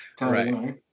Right